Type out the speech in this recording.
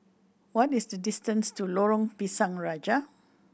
what is the distance to Lorong Pisang Raja